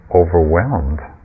overwhelmed